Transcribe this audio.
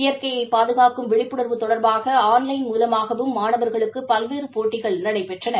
இயற்கையை பாதுகாக்கும் விழிப்புணா்வு தொடா்பாக ஆன்லைன் மூலமாகவும் மாணவா்களுக்க பல்வேறு போட்டிகள் நடைபெற்றன